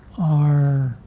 are